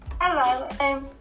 Hello